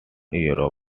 europe